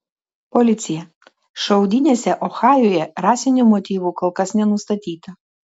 policija šaudynėse ohajuje rasinių motyvų kol kas nenustatyta